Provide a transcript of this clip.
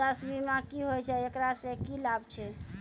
स्वास्थ्य बीमा की होय छै, एकरा से की लाभ छै?